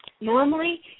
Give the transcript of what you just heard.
Normally